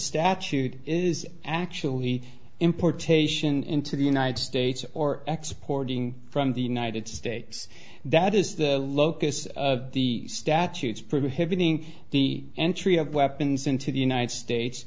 statute is actually importation into the united states or exporting from the united states that is the locus of the statutes prohibiting the entry of weapons into the united states